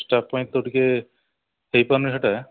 staff ପାଇଁ ତ ଟିକେ ହେଇପାରୁନି ସେଇଟା